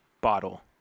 bottle